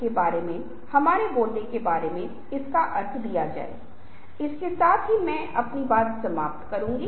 इसके साथ कैसे खेलें कैसे इसे अनुभव करें कैसे इसमें हेरफेर करें अधिक प्रभावी संचार अधिक प्रभावशाली संचार के लिए यह एक ऐसी चीज है जिसे हम अगली बातचीत में देखेंगे